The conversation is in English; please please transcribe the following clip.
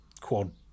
quad